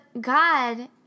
God